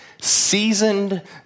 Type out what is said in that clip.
seasoned